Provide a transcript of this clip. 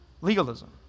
legalism